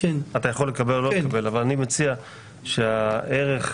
מסכימים שצריך למצוא פה שפה אחרת.